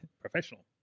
Professional